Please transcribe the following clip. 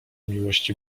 miłości